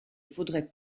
faudrait